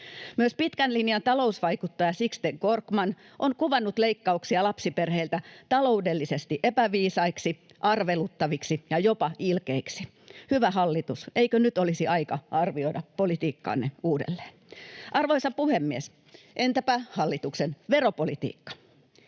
Myös pitkän linja talousvaikuttaja Sixten Korkman on kuvannut leikkauksia lapsiperheiltä taloudellisesti epäviisaiksi, arveluttaviksi ja jopa ilkeiksi. Hyvä hallitus, eikö nyt olisi aika arvioida politiikkaanne uudelleen? Arvoisa puhemies! Entäpä hallituksen veropolitiikka?